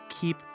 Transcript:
keep